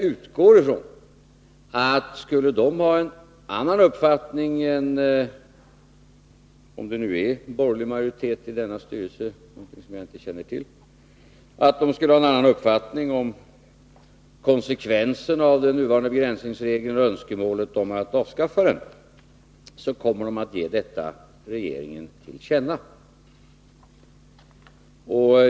Om de skulle ha en annan uppfattning än styrelsen — jag känner inte till om det är borgerlig majoritet i denna styrelse eller ej — när det gäller konsekvenserna av den nuvarande begränsningsregeln och önskemålet att avskaffa den, utgår jag från att de kommer att ge regeringen detta till känna.